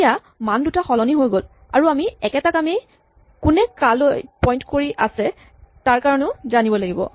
এতিয়া মান দুটা সলনি হৈ গ'ল আৰু আমি একেটা কামেই কোনে কলৈ পইন্ট কৰি আছে তাৰ কাৰণেও কৰিব লাগিব